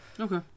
Okay